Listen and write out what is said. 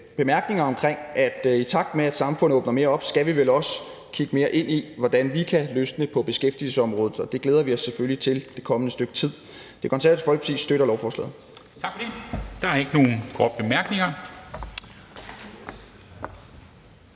bemærkninger omkring, at vi i takt med at samfundet åbner mere op, vel også skal kigge mere ind i, hvordan vi kan løsne det på beskæftigelsesområdet, og det glæder vi os selvfølgelig til det kommende stykke tid. Det Konservative Folkeparti støtter lovforslaget. Kl. 13:56 Formanden (Henrik